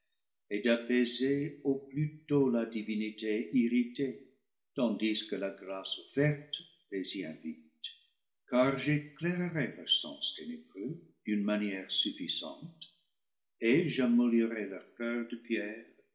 et d'apaiser au plus tôt la divinité irritée tandis que la grâce offerte les y invite car j'éclairerai leurs sens ténébreux d'une manière suffisante et j'amollirai leur coeur de pierre